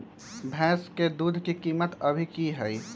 भैंस के दूध के कीमत अभी की हई?